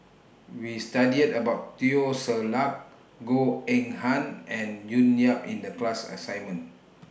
We studied about Teo Ser Luck Goh Eng Han and June Yap in The class assignment